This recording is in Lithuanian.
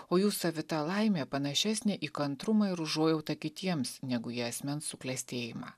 o jų savita laimė panašesnė į kantrumą ir užuojautą kitiems negu į asmens suklestėjimą